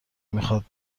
میخواد